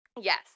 Yes